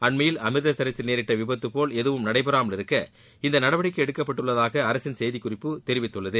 அண்மையில் அமிர்தரஸில் நேரிட்ட விபத்துபோல் எதுவும் நடைபெறாமல் இருக்க இந்த நடவடிக்கை எடுக்கப்பட்டுள்ளதாக அரசின் செய்திக்குறிப்பு தெரிவித்துள்ளது